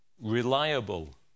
reliable